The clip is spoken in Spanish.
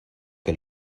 que